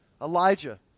Elijah